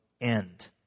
end